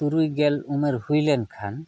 ᱛᱩᱨᱩᱭ ᱜᱮᱞ ᱩᱢᱮᱨ ᱦᱩᱭ ᱞᱮᱱ ᱠᱷᱟᱱ